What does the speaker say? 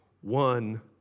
one